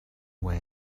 way